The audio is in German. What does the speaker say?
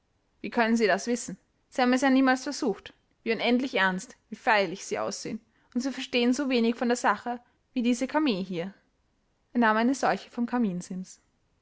wie können sie das wissen sie haben es ja niemals versucht wie unendlich ernst wie feierlich sie aussehen und sie verstehen so wenig von der sache wie diese came hier er nahm eine solche vom